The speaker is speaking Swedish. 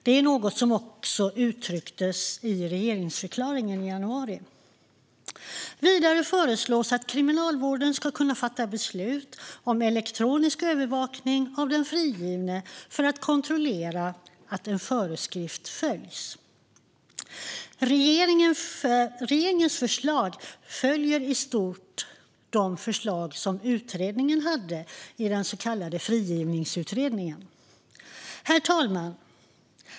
Det är något som också uttrycktes i regeringsförklaringen i januari. Vidare föreslås att Kriminalvården ska kunna fatta beslut om elektronisk övervakning av den frigivne för att kontrollera att en föreskrift följs. Regeringens förslag följer i stort förslagen i den så kallade frigivningsutredningen. Herr talman!